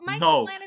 no